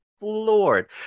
lord